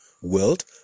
World